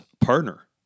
partner